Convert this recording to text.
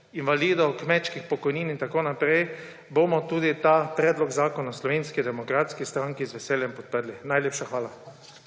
invalide do kmečkih pokojnin in tako naprej, bomo tudi ta predlog zakona v Slovenski demokratski stranki z veseljem podprli. Najlepša hvala.